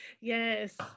Yes